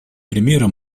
примера